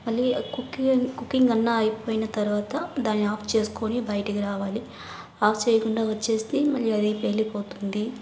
మళ్లీ కుకి కుకింగ్ అన్నా అయిపోయిన తర్వాత దాన్ని ఆఫ్ చేసుకుని బయటికి రావాలి ఆఫ్ చేయకుండా వచ్చేస్తే మళ్లి అది పేలిపోతుంది